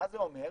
מה זה אומר?